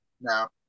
No